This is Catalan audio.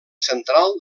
central